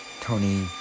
Tony